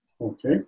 Okay